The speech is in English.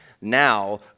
now